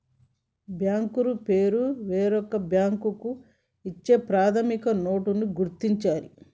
banker పేరు వేరొక bank ఇచ్చే ప్రామిసరీ నోటుని గుర్తించాలి